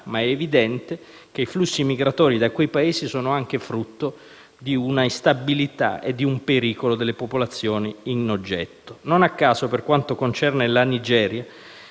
ma è evidente che i flussi migratori da quei Paesi sono anche frutto di un'instabilità e di un pericolo per le popolazioni in oggetto. Non a caso, per quanto concerne la Nigeria,